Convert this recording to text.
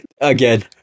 Again